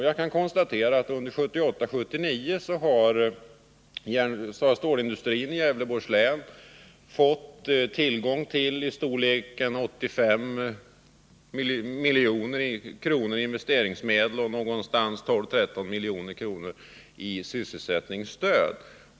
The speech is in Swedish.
Jag kan nu konstatera att under 1978/79 har stålindustrin i Gävleborgs län fått tillgång till 85 milj.kr. i investeringsmedel och 12 å 13 miljoner i sysselsättningsstöd.